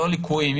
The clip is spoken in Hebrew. לא ליקויים,